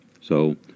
so